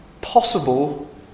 possible